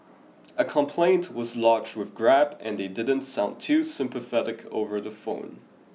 a complaint was lodged with Grab and they didn't sound too sympathetic over the phone